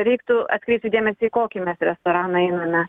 reiktų atkreipti dėmesį į kokį restoraną einame